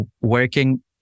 working